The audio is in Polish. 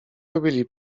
robili